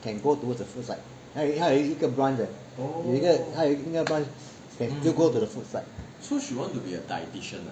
can go towards the food side 他有一个 branch that 有一个他有一个 branch can 就 go to the food side